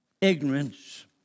Ignorance